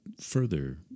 further